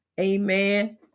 Amen